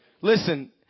Listen